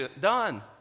done